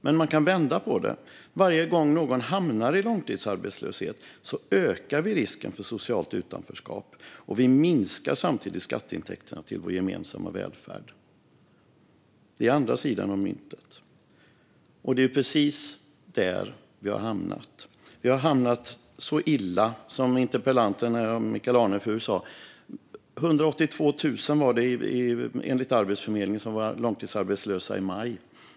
Men man kan också vända på det: Varje gång någon hamnar i långtidsarbetslöshet ökar vi risken för socialt utanförskap och minskar samtidigt skatteintäkterna till vår gemensamma välfärd. Det är den andra sidan av myntet, och det är precis där vi har hamnat. Vi har hamnat så illa som interpellanten Michael Anefur tog upp: Enligt Arbetsförmedlingen var det 182 000 personer som var långtidsarbetslösa i maj.